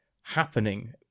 happening